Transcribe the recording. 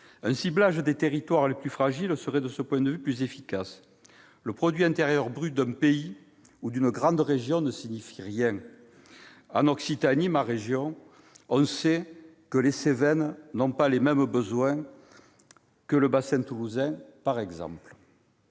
Un ciblage des territoires les plus fragiles permettrait, de ce point de vue, d'atteindre une plus grande efficacité, le produit intérieur brut d'un pays ou d'une grande région ne signifiant rien : en Occitanie, ma région, on sait que les Cévennes n'ont pas les mêmes besoins que le bassin toulousain, par exemple.